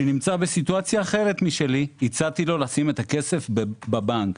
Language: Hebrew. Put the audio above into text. שנמצא במצב אחר משלי, הצעתי לו לשים את הכסף בבנק.